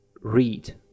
read